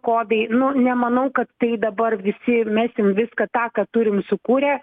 kodai nu nemanau kad tai dabar visi mesim viską tą ką turim sukūrę